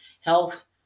health